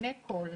לעיני כל,